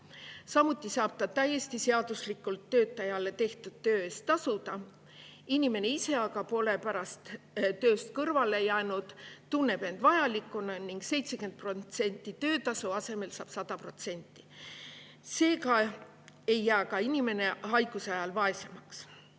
samuti saab ta täiesti seaduslikult töötajale tehtud töö eest tasuda. Inimene ise aga pole tööst kõrvale jäänud, tunneb end vajalikuna ning 70% töötasu asemel saab 100%. Seega ei jää inimene haiguse ajal vaesemaks.